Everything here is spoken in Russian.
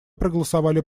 проголосовали